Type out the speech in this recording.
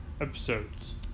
episodes